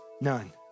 none